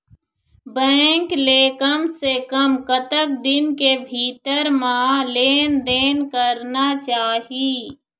Bank ले कम से कम कतक दिन के भीतर मा लेन देन करना चाही?